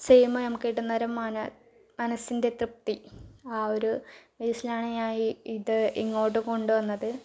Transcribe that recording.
ചെയ്യുമ്പോൾ നമുക്ക് കിട്ടുന്ന മനസിൻ്റെ തൃപ്തി ആ ഒരു ബേസിലാണ് ഞാൻ ഇത് ഇങ്ങോട്ട് കൊണ്ടുവന്നത്